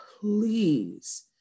please